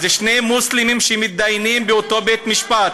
אז שני מוסלמים שמתדיינים באותו בית משפט.